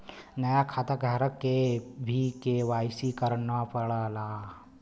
नया खाताधारक के भी के.वाई.सी करना पड़ला